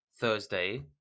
Thursday